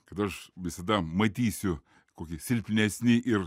kad aš visada matysiu kokį silpnesnį ir